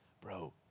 bro